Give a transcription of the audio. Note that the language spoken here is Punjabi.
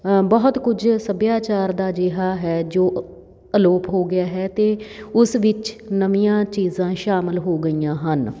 ਬਹੁਤ ਕੁਝ ਸੱਭਿਆਚਾਰ ਦਾ ਅਜਿਹਾ ਹੈ ਜੋ ਅਲੋਪ ਹੋ ਗਿਆ ਹੈ ਅਤੇ ਉਸ ਵਿੱਚ ਨਵੀਆਂ ਚੀਜ਼ਾਂ ਸ਼ਾਮਿਲ ਹੋ ਗਈਆਂ ਹਨ